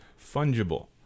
fungible